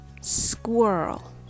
Squirrel